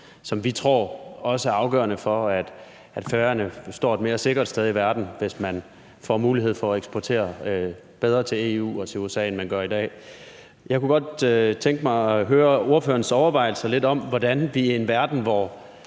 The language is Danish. som vi tror også er afgørende for, at Færøerne står et mere sikkert sted i verden, hvis man får bedre mulighed for at eksportere til EU og til USA, end man har i dag. Jeg kunne godt tænke mig at høre lidt om ordførerens overvejelser om, hvordan vi i en verden, hvor